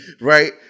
right